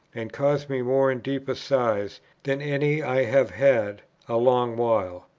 and caused me more and deeper sighs than any i have had a long while,